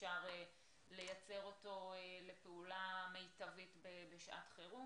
אפשר לייצר אותו לפעולה מיטבית בשעת חירום.